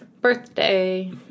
Birthday